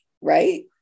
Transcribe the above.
right